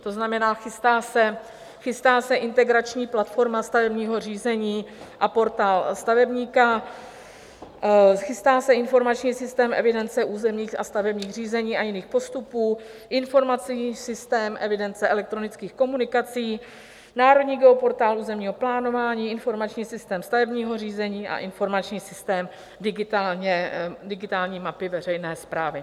To znamená, chystá se Integrační platforma stavebního řízení a Portál stavebníka, chystá se Informační systém evidence územních a stavebních řízení a jiných postupů, Informační systém evidence elektronických komunikací, Národní geoportál územního plánování, Informační systém stavebního řízení a Informační systém digitální mapy veřejné správy.